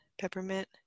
peppermint